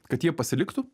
kad jie pasiliktų